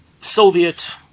Soviet